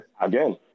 again